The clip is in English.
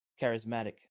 charismatic